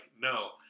no